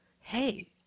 Hey